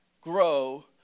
grow